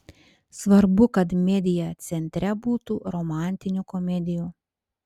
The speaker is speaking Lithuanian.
svarbu kad media centre būtų romantinių komedijų